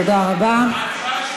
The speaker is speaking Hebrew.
תודה רבה.